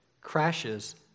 crashes